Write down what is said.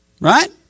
Right